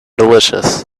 delicious